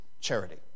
charity